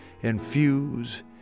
infuse